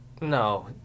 No